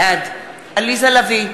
בעד עליזה לביא,